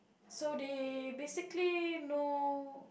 so they basically know